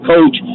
Coach